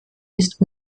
ist